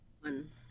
One